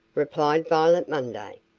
replied violet munday.